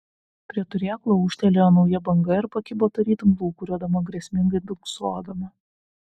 prie turėklo ūžtelėjo nauja banga ir pakibo tarytum lūkuriuodama grėsmingai dunksodama